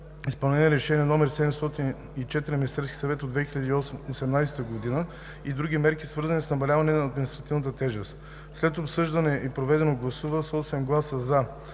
изпълнение на Решение № 704 на Министерския съвет от 2018 г., и други мерки, свързани с намаляване на административната тежест. След обсъждането и проведеното гласуване – с 8 гласа